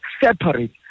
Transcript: separate